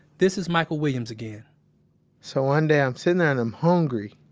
this is michael williams again so one day i'm sitting there and i'm hungry.